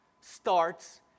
starts